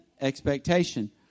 expectation